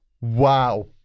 Wow